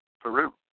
Peru